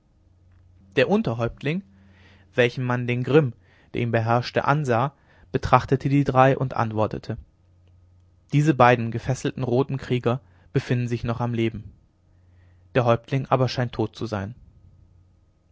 der unterhäuptling welchem man den grimm der ihn beherrschte ansah betrachtete die drei und antwortete diese beiden gefesselten roten krieger befinden sich noch am leben der häuptling aber scheint tot zu sein